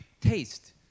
taste